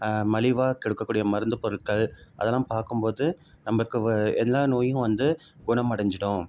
மலிவாக கொாடுக்கக்கூடிய மருந்துப் பொருட்கள் அதெல்லாம் பார்க்கும் போது நம்மக்கு வ எல்லா நோயும் வந்து குணம் அடைஞ்சிடும்